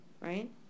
right